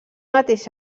mateix